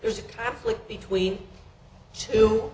there's a conflict between two